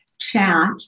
chat